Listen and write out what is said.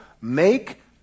make